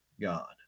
God